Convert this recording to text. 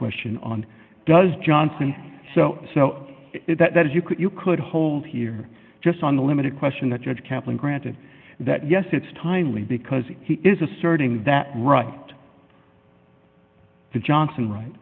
question on does johnson so that you could you could hold here just on the limited question that judge kaplan granted that yes it's timely because he is asserting that right to johnson right